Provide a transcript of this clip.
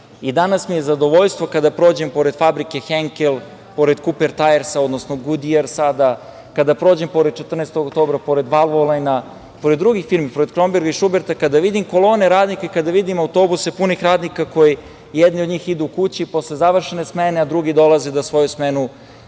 danas mi je zadovoljstvo kada prođem pored fabrike „Henkel“, pored „Kuper tajersa“, odnosno „Gudjir“ sada, kada prođem pored „14. Oktobra“, pored „Valvolajna“, pored drugih firmi, pored „Kromberga“ i „Šuberta“, kada vidim kolone radnika i kada vidim autobuse pune radnika, jedni od njih idu kući posle završene smene, a drugi dolaze da svoju smenu